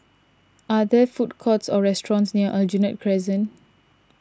are there food courts or restaurants near Aljunied Crescent